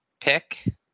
pick